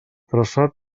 traçat